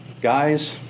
Guys